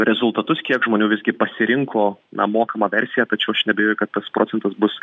rezultatus kiek žmonių visgi pasirinko na mokamą versiją tačiau aš neabejoju kad tas procentas bus